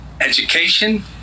education